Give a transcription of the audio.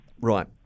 right